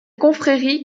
confrérie